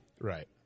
Right